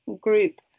group